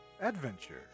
adventure